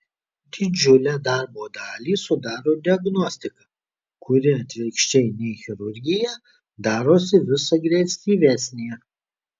didžiulę darbo dalį sudaro diagnostika kuri atvirkščiai nei chirurgija darosi vis agresyvesnė